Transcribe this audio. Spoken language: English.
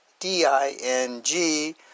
D-I-N-G